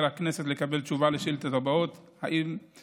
הכנסת לקבל תשובה על השאילות הבאות בנושא.